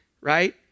right